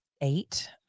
eight